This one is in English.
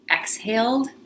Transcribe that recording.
exhaled